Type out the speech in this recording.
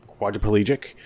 quadriplegic